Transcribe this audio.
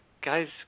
guy's